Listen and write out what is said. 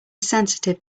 sensitive